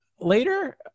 later